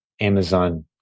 Amazon